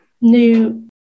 new